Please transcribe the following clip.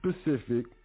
specific